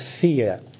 fear